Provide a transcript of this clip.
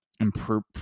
improve